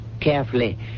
carefully